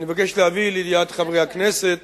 ואני מבקש להביא לידיעת חברי הכנסת